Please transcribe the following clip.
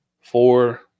four